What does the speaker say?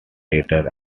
reader